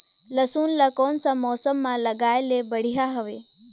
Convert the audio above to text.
लसुन ला कोन सा मौसम मां लगाय ले बढ़िया हवे?